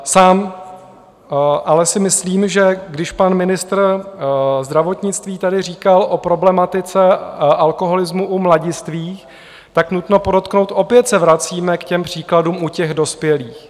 Sám ale si myslím, že když pan ministr zdravotnictví tady říkal o problematice alkoholismu u mladistvých, tak nutno podotknout, opět se vracíme k těm příkladům u dospělých.